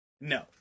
No